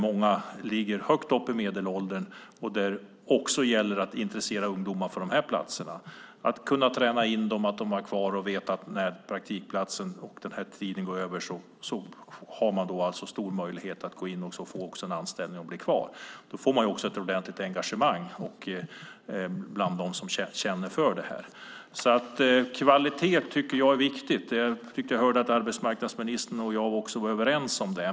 Många ligger högt uppe i medelåldern, och det gäller att intressera ungdomar för de här platserna, träna in dem och ha dem kvar. De ska veta att de har stor möjlighet att få anställning och bli kvar när praktiktiden är över. Då får man också ett ordentligt engagemang bland dem som känner för det här. Kvalitet är viktigt. Jag tyckte mig förstå att arbetsmarknadsministern och jag var överens om det.